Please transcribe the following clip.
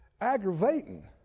aggravating